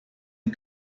you